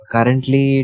Currently